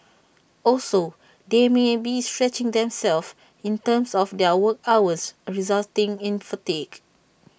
also they may be stretching themselves in terms of their work hours resulting in fatigue